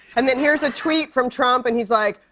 and then here's a tweet from trump. and he's like,